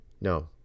No